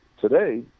today